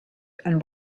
and